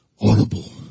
audible